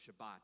Shabbat